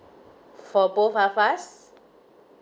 for both of us